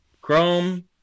Chrome